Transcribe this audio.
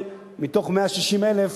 מתוך 160,000